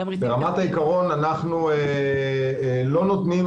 ברמת העקרון אנחנו לא נותנים